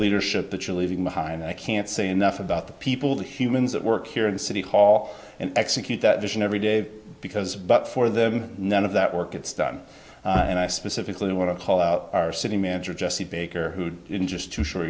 leadership that you're leaving behind i can't say enough about the people the humans that work here at city hall and execute that vision every day because but for them none of that work gets done and i specifically want to call out our city manager jesse baker who interest to sh